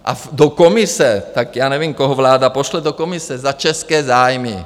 A do Komise tak já nevím, koho vláda pošle do Komise za české zájmy.